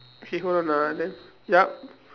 okay hold on ah and then yup